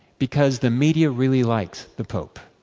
because the media really likes the pope.